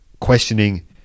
Questioning